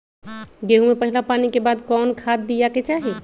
गेंहू में पहिला पानी के बाद कौन खाद दिया के चाही?